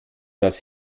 das